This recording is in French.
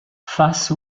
face